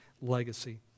legacy